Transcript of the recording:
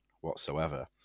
whatsoever